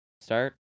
Start